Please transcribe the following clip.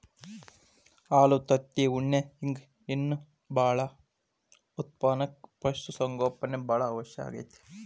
ಹಾಲು ತತ್ತಿ ಉಣ್ಣಿ ಹಿಂಗ್ ಇನ್ನೂ ಬಾಳ ಉತ್ಪನಕ್ಕ ಪಶು ಸಂಗೋಪನೆ ಬಾಳ ಅವಶ್ಯ ಆಗೇತಿ